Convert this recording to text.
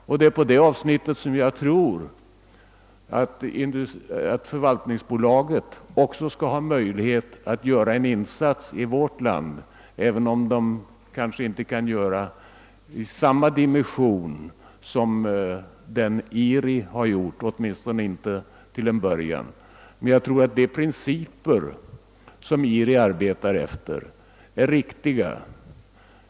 Det är också inom det avsnittet som jag tror, att förvaltningsbolaget skall ha möjlighet att göra en insats i vårt land, även om den kanske inte får samma dimensioner som IRI:s, åtminstone inte till en början. Men jag tror att de principer som IRI arbetar efter är riktiga.